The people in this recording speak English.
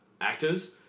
actors